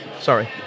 sorry